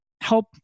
help